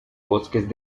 bosques